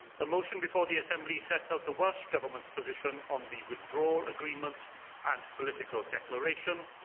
the motion before the assembly sets out the welsh government's position on the withdrawal agreement and political declaration,